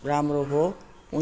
राम्रो हो हुन्